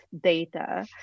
data